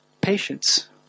patience